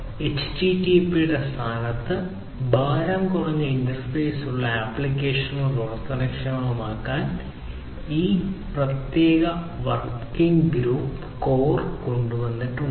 HTTP യുടെ സ്ഥാനത്ത് ഭാരം കുറഞ്ഞ ഇന്റർഫേസ് ഉള്ള ആപ്ലിക്കേഷനുകൾ പ്രവർത്തനക്ഷമമാക്കാൻ ഈ പ്രത്യേക വർക്കിംഗ് ഗ്രൂപ്പ് ഈ കോർ കൊണ്ടുവന്നിട്ടുണ്ട്